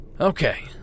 Okay